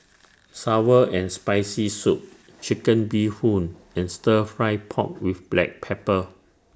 Sour and Spicy Soup Chicken Bee Hoon and Stir Fry Pork with Black Pepper